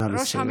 נא לסיים.